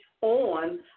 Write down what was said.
on